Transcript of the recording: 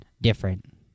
different